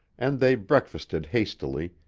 and they breakfasted hastily,